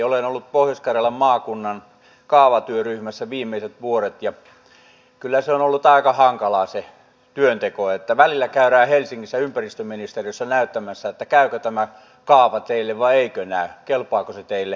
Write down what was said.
olen ollut pohjois karjalan maakunnan kaavatyöryhmässä viimeiset vuodet ja kyllä on ollut aika hankalaa se työnteko kun välillä käydään helsingissä ympäristöministeriössä näyttämässä käykö tämä kaava teille vai eikö se kelpaa teille